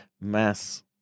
mass